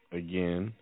again